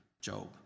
Job